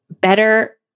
better